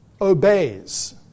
obeys